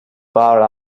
bar